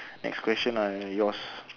next question lah yours